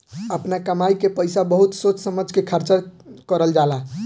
आपना कमाई के पईसा बहुत सोच समझ के खर्चा करल जाला